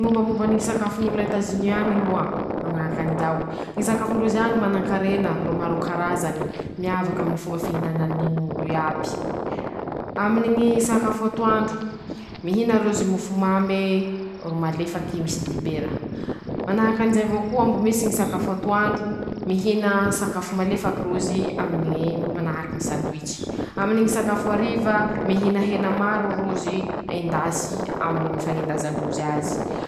Mombamombany ñy sakafon'olo an'Etazony añy moa ,manahaky anizao: -ñy sakafon-drozy añy manan-karena ,ro maro karazany ,miavaky aminy ñy fomba fihinanany ñ'olo iaby ;aminy ñy sakafo atondro, mihina rozy mofo mame eee ro malefaky misy dibera ;manahaky anizay avao koa ,mbo misy ñy sakafo atoandro ,mihina sakafo malefaky rozy aminy ñy manahaky ñy sundwisch ;aminy ñy sakafo hariva ,mihina hena maro rozy ,endasy aminy ñy fañendazan-drozy azy.